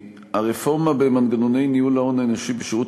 הרפורמה במנגנוני ניהול ההון האנושי בשירות